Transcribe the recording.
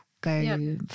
go